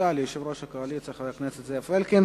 תודה ליושב-ראש הקואליציה, חבר הכנסת זאב אלקין.